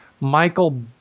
Michael